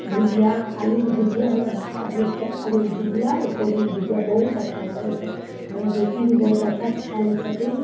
भुजिआ आलूके भुजिआ हमरा फेवरेट छै आलूके भुजिआ आओर कोबीके भुजिआ बहुत अच्छा लागय छै हमर बेटी भी बहुत अच्छासँ खा लै छथिन